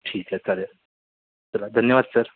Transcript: ठीक आहे चालेल चला धन्यवाद सर